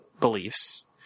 beliefs